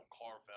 Carvel